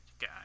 guy